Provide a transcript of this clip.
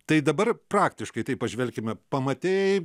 tai dabar praktiškai į tai pažvelkime pamatei